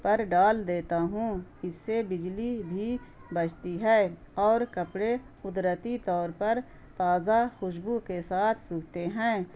پر ڈال دیتا ہوں اس سے بجلی بھی بچتی ہے اور کپڑے قدرتی طور پر تازہ خوشبو کے ساتھ سوکھتے ہیں